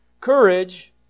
Courage